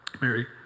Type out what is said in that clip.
Mary